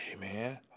man